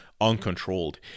uncontrolled